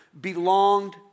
belonged